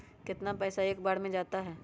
कितना पैसा एक बार में जाता है?